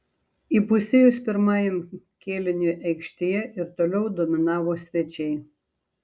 įpusėjus pirmajam kėliniui aikštėje ir toliau dominavo svečiai